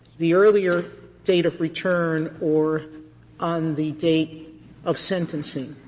the earlier date of return or on the date of sentencing.